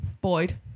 Boyd